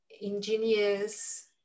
ingenious